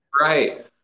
Right